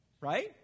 right